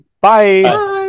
bye